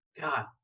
God